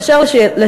2. אשר לשאלתך,